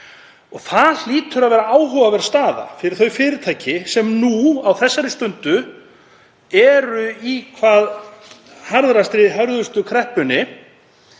Það hlýtur að vera áhugaverð staða fyrir þau fyrirtæki sem nú á þessari stundu eru í hvað hörðustu kreppunni